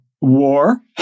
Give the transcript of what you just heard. war